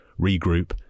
regroup